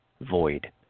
void